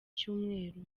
cyumweru